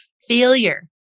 failure